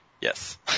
Yes